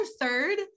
third